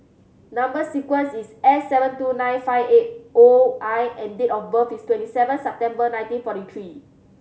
number sequence is S seven two nine five eight O I and date of birth is twenty seven September nineteen forty three